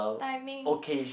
timing